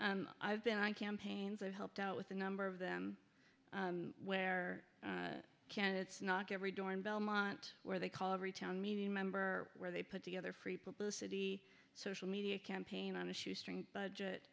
i've been on campaigns i've helped out with a number of them where candidates knock every door in belmont where they call every town meeting member where they put together free publicity social media campaign on a shoestring budget